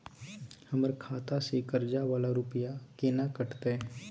हमर खाता से कर्जा वाला रुपिया केना कटते?